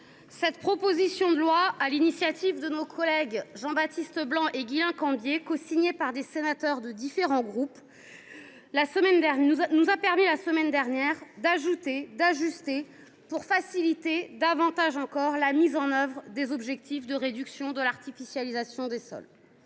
cette proposition de loi, déposée sur l’initiative de nos collègues Jean Baptiste Blanc et Guislain Cambier et cosignée par des sénateurs de différents groupes, nous a permis, la semaine dernière, après divers ajouts et ajustements, de faciliter davantage encore la mise en œuvre des objectifs de réduction de l’artificialisation des sols.